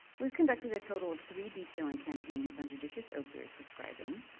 we've conducted a total of three detailing campaigns on judicious opioid prescribing.